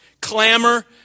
Clamor